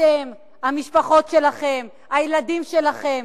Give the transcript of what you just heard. אתם, המשפחות שלכם, הילדים שלכם.